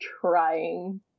trying